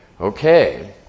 Okay